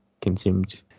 consumed